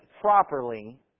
properly